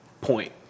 point